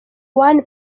ane